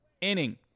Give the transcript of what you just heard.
inning